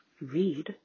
read